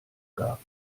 gab